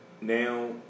Now